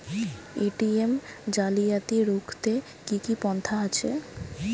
ATM জালিয়াতি রুখতে কি কি পন্থা আছে?